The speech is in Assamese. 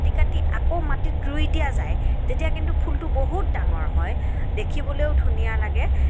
কাটি কাটি আকৌ মাটিত ৰুই দিয়া যায় তেতিয়া কিন্তু ফুলটো বহুত ডাঙৰ হয় দেখিবলৈও ধুনীয়া লাগে